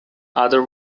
other